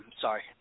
sorry